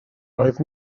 roedd